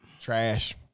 Trash